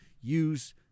use